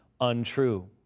untrue